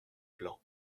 plan